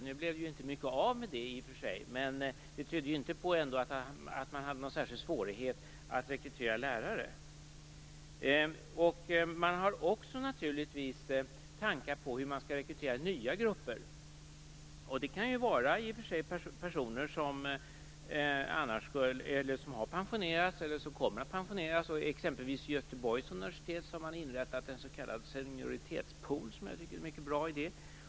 Nu blev det inte mycket av med det, men det tydde ändå inte på att man hade någon svårighet att rekrytera lärare. Man har naturligtvis också tankar på hur man skall rekrytera nya grupper. Det kan vara personer som har pensionerats eller som kommer att pensioneras. Vid exempelvis Göteborgs universitet har man inrättat en s.k. senioritetspool som jag tycker är en mycket bra idé.